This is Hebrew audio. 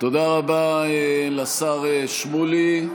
תודה רבה לשר שמולי.